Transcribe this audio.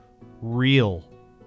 real